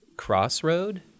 Crossroad